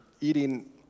eating